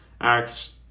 acts